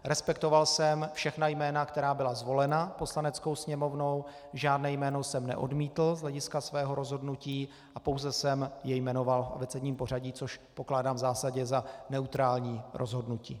Respektoval jsem všechna jména, která byla zvolena Poslaneckou sněmovnou, žádné jméno jsem neodmítl z hlediska svého rozhodnutí a pouze jsem je jmenoval v abecedním pořadí, což pokládám v zásadě za neutrální rozhodnutí.